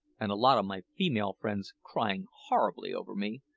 and a lot o' my female friends cryin' horribly over me,